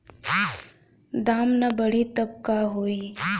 दाम ना बढ़ी तब का होई